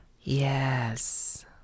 Yes